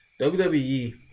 WWE